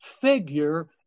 figure